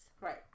Right